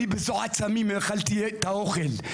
אני בזיעת סמים אכלתי את האוכל.